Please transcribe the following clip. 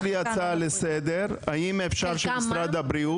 יש לי הצעה לסדר: האם אפשר שמשרד הבריאות,